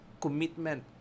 commitment